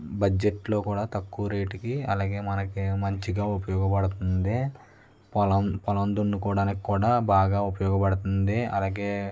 బడ్జెట్లో కూడా తక్కువ రేటుకి అలాగే మనకి మంచిగా ఉపయోగపడుతుంది పొలం పొలం దున్నుకోవడానికి కూడా బాగా ఉపయోగపడుతుంది అలాగే